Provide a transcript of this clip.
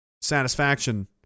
satisfaction